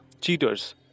Cheaters